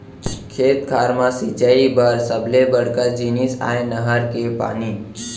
खेत खार म सिंचई बर सबले बड़का जिनिस आय नहर के पानी